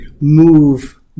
move